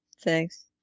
Thanks